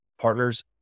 partners